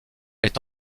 est